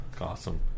awesome